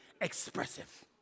expressive